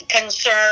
concern